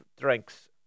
drinks